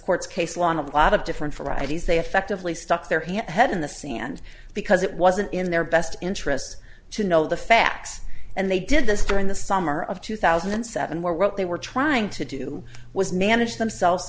court's case law on a lot of different fridays they effectively stuck their hand head in the sand because it wasn't in their best interests to know the facts and they did this during the summer of two thousand and seven where they were trying to do was manage themselves